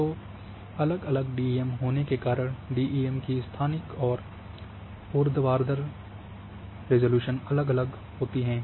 तो अलग अलग डीईएम होने के कारण डीईएम की स्थानिक और ऊर्ध्वाधर रिज़ॉल्यूशन अलग अलग होती है